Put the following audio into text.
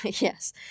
Yes